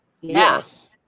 Yes